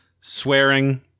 Swearing